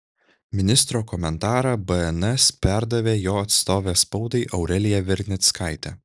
ministro komentarą bns perdavė jo atstovė spaudai aurelija vernickaitė